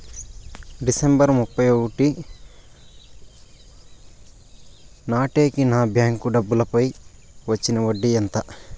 December ముప్పై ఒకటి నాటేకి నా బ్యాంకు డబ్బుల పై వచ్చిన వడ్డీ ఎంత?